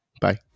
Bye